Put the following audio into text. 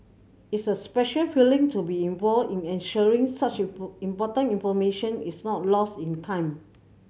it's a special feeling to be involved in ensuring such important information is not lost in time